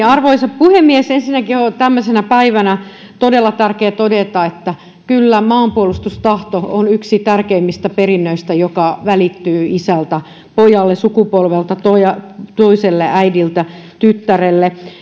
arvoisa puhemies ensinnäkin on tämmöisenä päivänä todella tärkeää todeta että kyllä maanpuolustustahto on yksi tärkeimmistä perinnöistä joka välittyy isältä pojalle sukupolvelta toiselle toiselle äidiltä tyttärelle